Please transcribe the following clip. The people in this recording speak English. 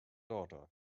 daughter